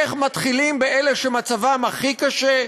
איך מתחילים באלה שמצבם הכי קשה.